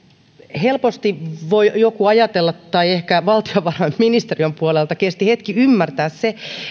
helposti voi joku ajatella tai ehkä valtiovarainministeriön puolelta kesti hetken ymmärtää se